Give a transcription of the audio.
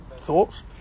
thoughts